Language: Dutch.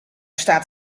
staat